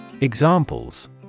Examples